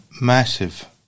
massive